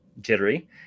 jittery